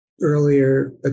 earlier